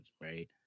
right